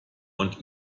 und